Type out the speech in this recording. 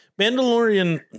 mandalorian